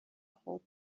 خوب